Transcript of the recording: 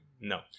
No